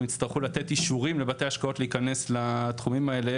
יצטרכו לתת אישורים לבתי השקעות להיכנס לתחומים האלה,